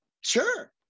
sure